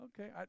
Okay